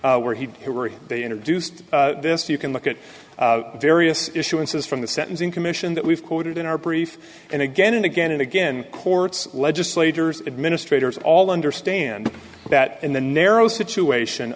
were they introduced this you can look at various issuances from the sentencing commission that we've quoted in our brief and again and again and again courts legislators administrators all understand that in the narrow situation